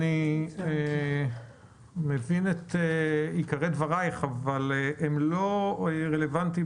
אני מבין את עיקרי דבריך אבל הם לא רלוונטיים